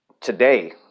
today